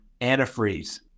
antifreeze